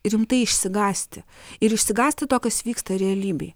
rimtai išsigąsti ir išsigąsti to kas vyksta realybėj